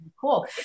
cool